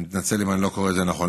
אני מתנצל אם אני לא קורא את זה נכון.